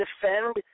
defend